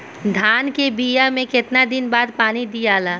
धान के बिया मे कितना दिन के बाद पानी दियाला?